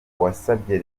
wasabye